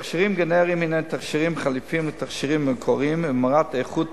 תכשירים גנריים הינם תכשירים חלופיים לתכשירים מקוריים וברמות איכות,